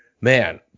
Man